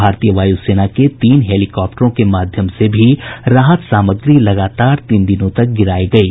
भारतीय वायु सेना के तीन हेलीकॉप्टरों के माध्यम से भी राहत सामग्री लगातार तीन दिनों तक गिरायी गयी